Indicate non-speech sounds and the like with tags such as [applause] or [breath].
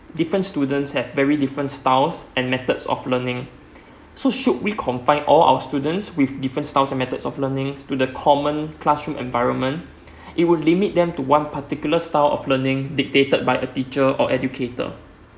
different student have very different styles and methods of learning [breath] so should we confine all our students with different styles and methods of learning to the common classroom environment [breath] it will limit them to one particular style of learning dictated by a teacher or educator